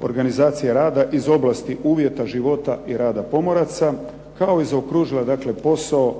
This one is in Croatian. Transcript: organizacije rada iz oblasti uvjeta života i rada pomoraca kao i zaokružila dakle posao